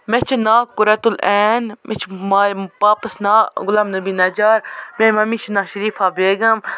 مےٚ چھِ ناو قُرَتُالیعن مےٚ چھِ ما پاپَس ناو غلام النبی نجار میٛانہِ مٔمی چھِ ناو شٔریٖفہ بیگَم